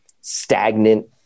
stagnant